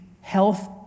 health